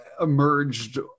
emerged